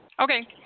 Okay